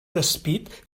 despit